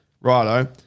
righto